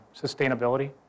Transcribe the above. sustainability